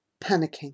panicking